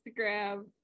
Instagram